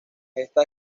esta